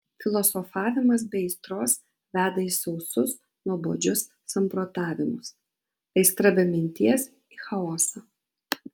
filosofavimas be aistros veda į sausus nuobodžius samprotavimus aistra be minties į chaosą